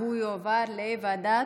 והיא תועבר לוועדת?